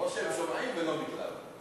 או שהם שומעים ולא מתלהבים.